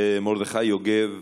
מרדכי יוגב,